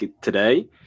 today